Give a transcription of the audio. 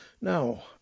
Now